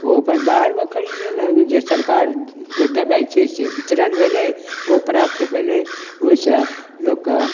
ओ अपन बाहरमे खरीद लेलक जे सरकारके दबाइ छियै से वितरण भेलै ओ प्राप्त भेलै ओइसँ लोकके